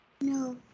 No